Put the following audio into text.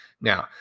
now